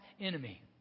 enemy